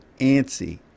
antsy